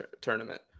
tournament